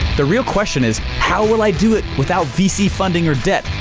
the real question is, how will i do it without vc funding or debt,